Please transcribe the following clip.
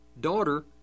daughter